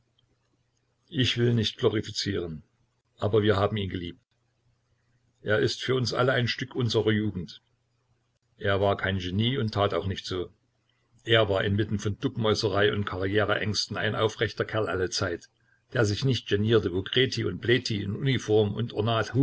ich will nicht glorifizieren aber wir haben ihn geliebt er ist für uns alle ein stück unserer jugend er war kein genie und tat auch nicht so er war inmitten von duckmäuserei und karriereängsten ein aufrechter kerl allezeit der sich nicht genierte wo krethi und plethi in uniform und